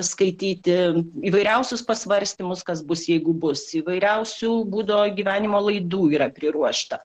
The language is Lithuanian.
skaityti įvairiausius pasvarstymus kas bus jeigu bus įvairiausių būdo gyvenimo laidų yra priruošta